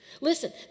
Listen